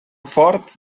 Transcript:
fort